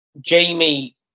Jamie